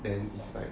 then it's like